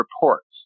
reports